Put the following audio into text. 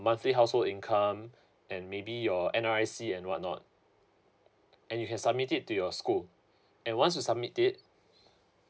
uh monthly household income and maybe your N_R_I_C and what not and you can submit it to your school and once you submit it